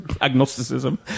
agnosticism